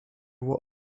what